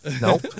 Nope